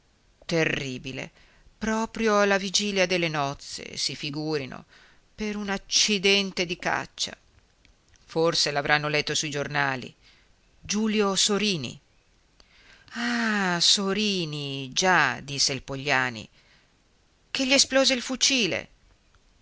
terribile proprio alla vigilia delle nozze si figurino per un accidente di caccia forse l'avranno letto su i giornali giulio sorini ah sorini già disse il pogliani che gli esplose il fucile